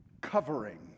covering